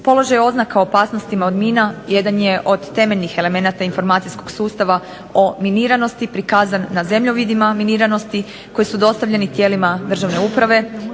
Položaj oznaka o opasnostima od mina jedan je od temeljnih elementa informacijskog sustava o miniranosti prikazan na zemljovidima miniranosti koji su dostavljeni tijelima državne uprave,